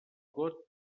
got